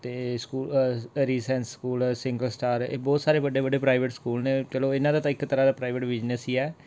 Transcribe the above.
ਅਤੇ ਸਕੂਲ ਰੀਸੈਂਸ school single star ਇਹ ਬਹੁਤ ਸਾਰੇ ਵੱਡੇ ਵੱਡੇ ਪ੍ਰਾਈਵੇਟ ਸਕੂਲ ਨੇ ਚਲੋ ਇਹਨਾਂ ਦਾ ਤਾਂ ਇੱਕ ਤਰ੍ਹਾਂ ਦਾ ਪ੍ਰਾਈਵੇਟ ਬਿਜ਼ਨਸ ਹੀ ਹੈ